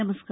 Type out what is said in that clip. नमस्कार